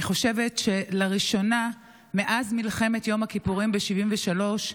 אני חושבת שלראשונה מאז מלחמת יום הכיפורים ב-73'